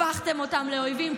הפכתם אותם לאויבים.